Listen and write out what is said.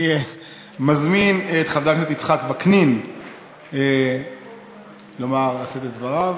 אני מזמין את חבר הכנסת יצחק וקנין לשאת את דבריו.